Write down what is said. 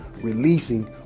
releasing